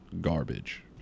Garbage